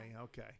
Okay